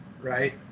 right